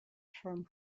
from